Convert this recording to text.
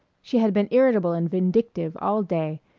she had been irritable and vindictive all day,